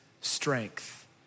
strength